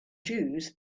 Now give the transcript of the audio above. jews